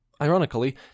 Ironically